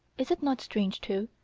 is it not strange, too,